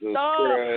Stop